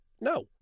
No